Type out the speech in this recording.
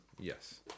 Yes